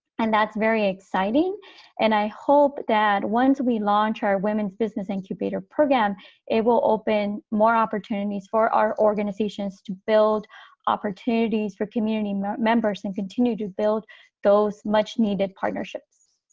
and that's very exciting and i hope that once we launch our women's business incubator program it will open more opportunities for our organizations to build opportunities for community members and continue to build those much needed partnerships